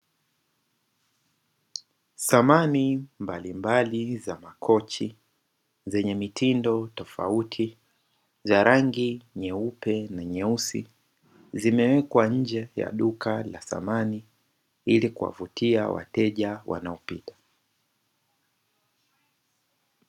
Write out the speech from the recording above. Samani mbalimbali za makochi zenye mitindo tofauti za rangi nyeupe na nyeusi, zimewekwa nje ya duka la samani ili kuwavutia wateja wanaopita.